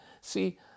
See